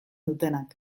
dutenak